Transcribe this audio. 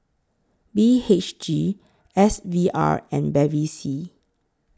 B H G S V R and Bevy C